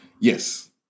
yes